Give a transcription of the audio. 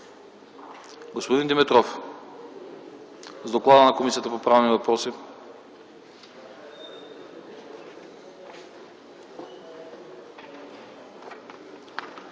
господин Димитров. С доклада на Комисията по правни въпроси